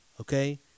Okay